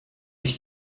ich